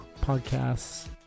Podcasts